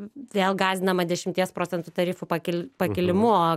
vėl gąsdinama dešimties procentų tarifu pakel pakilimu